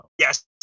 Yes